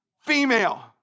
female